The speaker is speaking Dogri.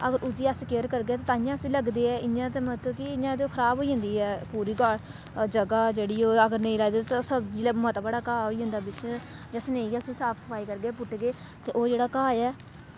अगर उसदी अस केयर करगे ते तांइयैं उस्सी लगदे ऐ इ'यां ते मतलब कि इ'यां ते ओह् खराब होई जंदी ऐ पूरी गा ज'गा जेह्ड़ी ओह् अगर नेईं राही दी होग ते सब्जी जिल्लै मता बड़ा घाऽ होई जंदा बिच्च ते अस नेईं गै उस्सी साफ सफाई करगे पुटगे ते ओह् जेह्ड़ा घाऽ ऐ